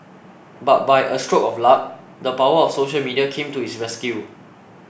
but by a stroke of luck the power of social media came to his rescue